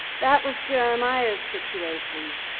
that was jeremiah's situation.